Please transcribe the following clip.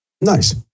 Nice